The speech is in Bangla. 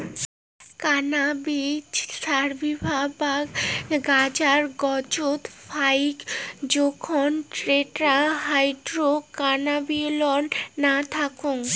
ক্যানাবিস স্যাটিভা বা গাঁজার গছত ফাইক জোখন টেট্রাহাইড্রোক্যানাবিনোল না থাকং